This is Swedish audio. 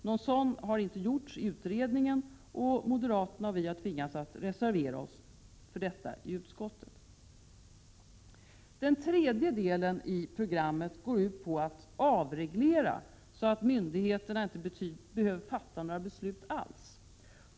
Någon sådan har inte gjorts i utredningen, och moderaterna och vi har tvingats reservera oss i utskottet. Den tredje delen i programmet går ut på att avreglera så att myndigheterna inte behöver fatta några beslut alls.